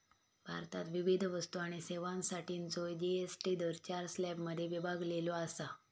भारतात विविध वस्तू आणि सेवांसाठीचो जी.एस.टी दर चार स्लॅबमध्ये विभागलेलो असा